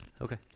Okay